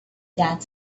that